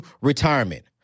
retirement